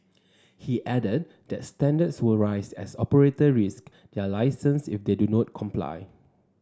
he added that standards will rise as operators risk their licence if they do not comply